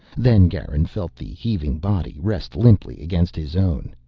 then garin felt the heaving body rest limply against his own.